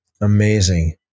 Amazing